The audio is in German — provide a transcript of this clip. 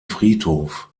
friedhof